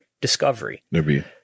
Discovery